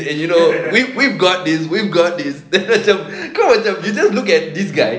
and you know we we've got these we've got these dia macam kau macam you just look at this guy